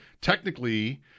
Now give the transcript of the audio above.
technically